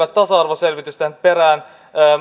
tasa arvoselvitysten perään